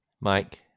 Mike